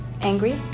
angry